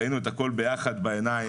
ראינו את הכול ביחד בעינינו,